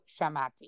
shamati